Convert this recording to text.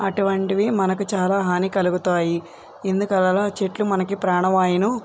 అటువంటివి మనకు చాలా హాని కలుగుతాయి ఎందుకు అలా చెట్లు మనకు ప్రాణవాయువును